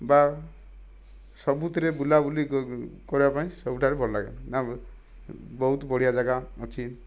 ବା ସବୁଥିରେ ବୁଲାବୁଲି କରିବା ପାଇଁ ସବୁଠାରେ ଭଲ ଲାଗେ ବହୁତ ବଢ଼ିଆ ଯାଗା ଅଛି